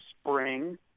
spring